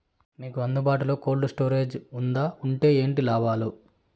మీకు అందుబాటులో బాటులో కోల్డ్ స్టోరేజ్ జే వుందా వుంటే ఏంటి లాభాలు?